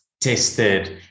tested